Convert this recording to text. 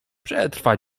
przetrwa